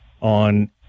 on